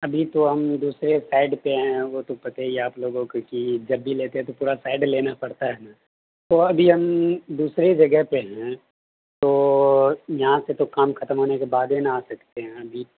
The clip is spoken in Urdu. ابھی تو ہم دوسرے سائٹ پہ ہیں وہ تو پتا ہی ہے آپ لوگوں کو کہ جب بھی لیتے ہیں تو پورا سائٹ لینا پڑتا ہے ہمیں تو ابھی ہم دوسرے جگہ پہ ہیں تو یہاں سے تو کام ختم ہونے کے بعد ہی نا آ سکتے ہیں ابھی